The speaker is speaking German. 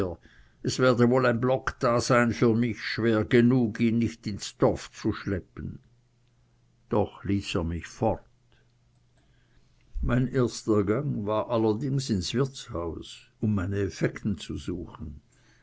es werde wohl ein block da sein für mich schwer genug ihn nicht ins dorf zu schleppen doch ließ er mich fort mein erster gang war ins wirtshaus um meine effekten zu suchen